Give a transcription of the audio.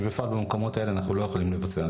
אנחנו לא יכולים להיכנס ולפעול.